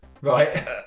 right